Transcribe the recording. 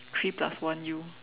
three plus one you